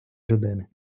людини